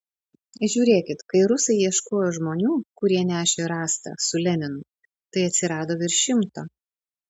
žiūrėkit kai rusai ieškojo žmonių kurie nešė rastą su leninu tai atsirado virš šimto